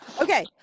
Okay